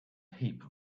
heap